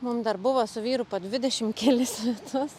mum dar buvo su vyru po dvidešim kelis metus